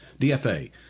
DFA